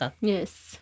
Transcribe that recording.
Yes